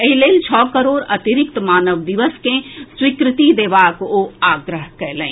एहि लेल छओ करोड़ अतिरिक्त मानव दिवस के स्वीकृति देबाक ओ आग्रह कयलनि